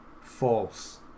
False